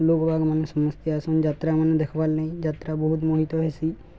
ଲୋକବାକ୍ମାନେ ସମସ୍ତେ ଆସନ୍ ଯାତ୍ରାମାନେେ ଦେଖ୍ବାର୍ ନାହିଁ ଯାତ୍ରା ବହୁତ ମୋହିତ ହେସି